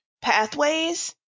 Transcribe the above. pathways